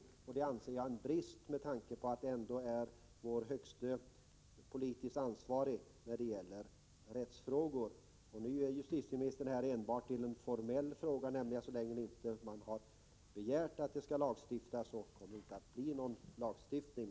Det anser jag vara en brist, med tanke på att justitieministern är vår högste politiskt ansvarige när det gäller rättsfrågor. Justitieministern försöker göra det hela till en formell fråga — så länge det inte har begärts lagstiftning kommer det inte att bli någon lagstiftning.